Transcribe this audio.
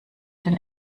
den